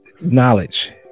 knowledge